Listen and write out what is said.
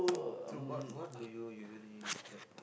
so what what do you usually like